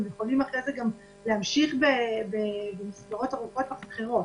והם יכולים אחרי זה להמשיך במסגרות ארוכות טווח אחרות.